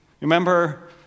remember